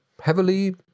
heavily